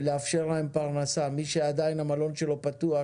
לאפשר להם פרנסה, מי שהמלון שלו עדיין פתוח